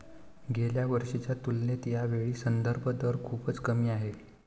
गेल्या वर्षीच्या तुलनेत यावेळी संदर्भ दर खूपच कमी आहे